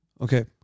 Okay